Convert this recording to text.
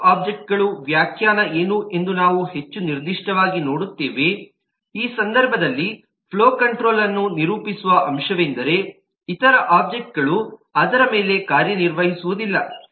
active ಒಬ್ಜೆಕ್ಟ್ಗಳು ವ್ಯಾಖ್ಯಾನ ಏನು ಎಂದು ನಾವು ಹೆಚ್ಚು ನಿರ್ದಿಷ್ಟವಾಗಿ ನೋಡುತ್ತೇವೆ ಈ ಸಂದರ್ಭದಲ್ಲಿ ಫ್ಲೋ ಕಂಟ್ರೋಲ್ ಅನ್ನು ನಿರೂಪಿಸುವ ಅಂಶವೆಂದರೆ ಇತರ ಒಬ್ಜೆಕ್ಟ್ಗಳು ಅದರ ಮೇಲೆ ಕಾರ್ಯನಿರ್ವಹಿಸುವುದಿಲ್ಲ